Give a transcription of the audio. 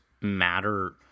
matter